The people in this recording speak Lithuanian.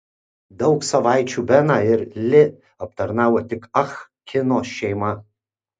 daug savaičių beną ir li aptarnavo tik ah kino šeima